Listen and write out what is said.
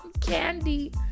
candy